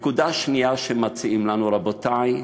נקודה שנייה שהם מציעים לנו, רבותי,